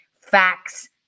facts